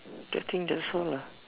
I think that's all lah